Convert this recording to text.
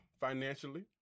financially